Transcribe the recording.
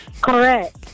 correct